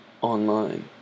online